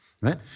right